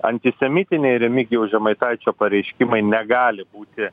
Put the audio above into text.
antisemitiniai remigijaus žemaitaičio pareiškimai negali būti